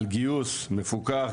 על גיוס מפוקח,